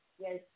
Yes